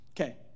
Okay